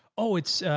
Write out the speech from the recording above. oh, it's